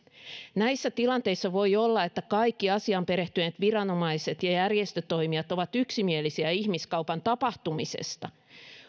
näissä tilanteissa voi olla että kaikki asiaan perehtyneet viranomaiset ja järjestötoimijat ovat yksimielisiä ihmiskaupan tapahtumisesta